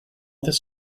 this